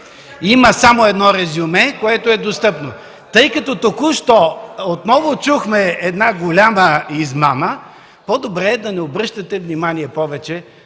Има само едно резюме, което е достъпно. Тъй като току-що отново чухме една голяма измама, по-добре е да не обръщате повече